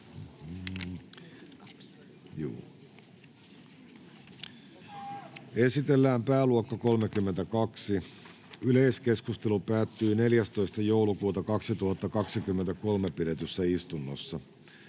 Esitellään pääluokka 32. Yleiskeskustelu päättyi 14.12.2023 pidetyssä istunnossa.